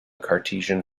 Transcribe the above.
cartesian